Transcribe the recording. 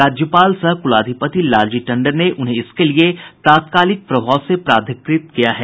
राज्यपाल सह कुलाधिपति लालजी टंडन ने उन्हें इसके लिए तात्कालिक प्रभाव से प्राधिकृत किया है